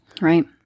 Right